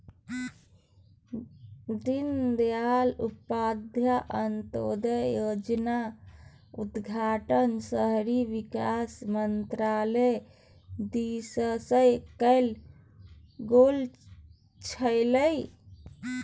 दीनदयाल उपाध्याय अंत्योदय योजनाक उद्घाटन शहरी विकास मन्त्रालय दिससँ कैल गेल छल